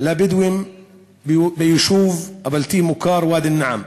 בדואים ביישוב הבלתי-מוכר ואדי-אלנעם,